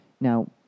now